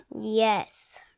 Yes